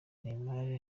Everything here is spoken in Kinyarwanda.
neymar